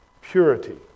purity